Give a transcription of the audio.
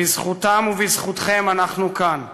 בזכותם ובזכותכם אנחנו כאן.